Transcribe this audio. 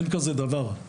אין כזה דבר,